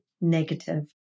negative